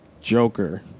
Joker